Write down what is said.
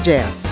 Jazz